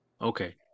Okay